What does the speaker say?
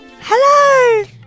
Hello